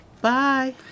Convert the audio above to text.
Bye